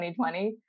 2020